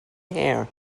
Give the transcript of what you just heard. hair